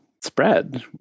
spread